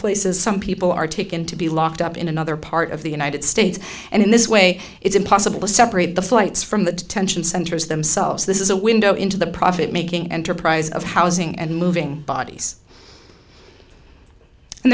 places some people are taken to be locked up in another part of the united states and in this way it's impossible to separate the flights from the detention centers themselves this is a window into the profit making enterprise of housing and moving bodies and